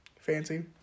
Fancy